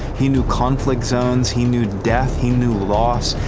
he knew conflict zones, he knew death, he knew loss,